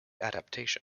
adaptation